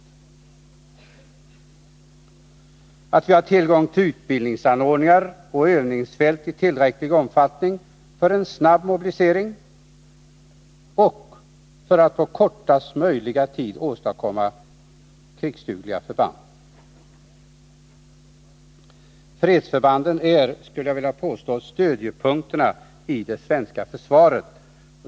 Den är också beroende av att det finns tillgång till utbildningsanordningar och övningsfält i tillräcklig omfattning för en snabb mobilisering — för att på kortaste möjliga tid åstadkomma krigsdugliga förband. Fredsförbanden är, skulle jag vilja påstå, stödjepunkterna i det svenska försvaret.